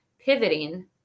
pivoting